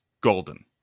Golden